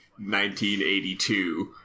1982